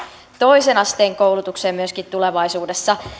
toisen asteen koulutukseen myöskin tulevaisuudessa